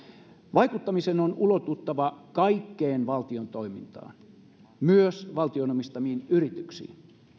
vaikuttamisen on ulotuttava kaikkeen valtion toimintaan myös valtion omistamiin yrityksiin